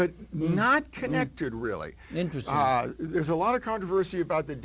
but not connected really interesting there's a lot of controversy about the